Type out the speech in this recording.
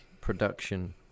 production